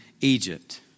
Egypt